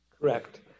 Correct